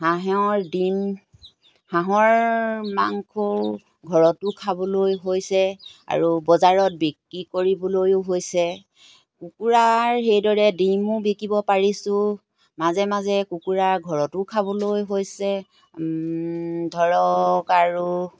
হাঁহৰ ডিম হাঁহৰ মাংসও ঘৰতো খাবলৈ হৈছে আৰু বজাৰত বিক্ৰী কৰিবলৈয়ো হৈছে কুকুৰাৰ সেইদৰে ডিমো বিকিব পাৰিছোঁ মাজে মাজে কুকুৰা ঘৰতো খাবলৈ হৈছে ধৰক আৰু